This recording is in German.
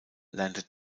lernte